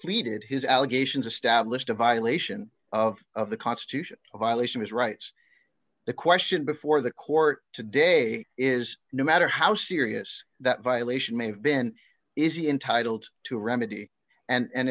pleaded his allegations established a violation of the constitution a violation his rights the question before the court today is no matter how serious that violation may have been is he entitled to a remedy and